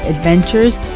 Adventures